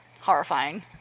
Horrifying